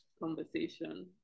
conversation